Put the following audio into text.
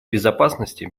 безопасности